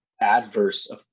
adverse